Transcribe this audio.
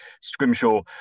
Scrimshaw